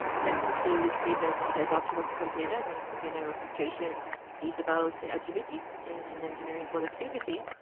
definitely we see that the adoption of containers and container orchestration is about the agility and engineering productivity,